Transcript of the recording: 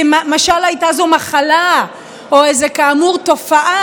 משל הייתה זו מחלה או איזה כאמור תופעה